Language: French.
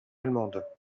allemande